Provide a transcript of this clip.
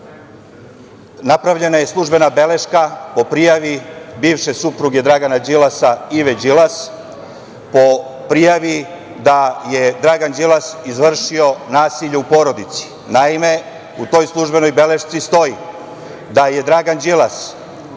napravljena je službena beleška po prijavi bivše supruge Dragana Đilasa, Ive Đilas, po prijavi da je Dragan Đilas izvršio nasilje u porodici. Naime, u toj službenoj belešci stoji da je Dragan Đilas 6.